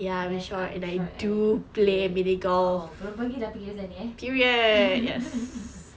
yes I'm short and I don't play oh belum pergi dah cerita pasal ini eh